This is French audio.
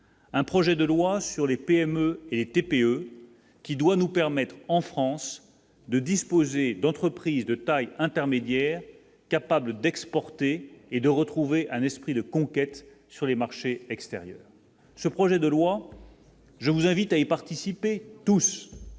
un projet de loi sur les PME et TPE qui doit nous permettre en France de disposer d'entreprises de taille intermédiaire capable d'exporter et de retrouver un esprit de conquête sur les marchés extérieurs, ce projet de loi, je vous invite à y participer tous